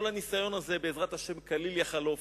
כל הניסיון הזה בעזרת השם כליל יחלוף.